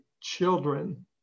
children